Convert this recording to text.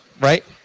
Right